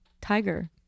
tiger